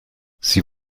sie